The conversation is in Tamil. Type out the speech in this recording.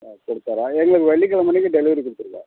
ஆ கொடுத்தர்றோம் எங்களுக்கு வெள்ளிக்கெழமை அன்றைக்கி டெலிவரி கொடுத்துருங்க